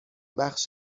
بخش